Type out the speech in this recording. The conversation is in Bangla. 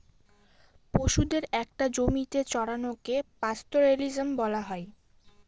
পশুদের একটা জমিতে চড়ানোকে পাস্তোরেলিজম বলা হয়